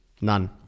none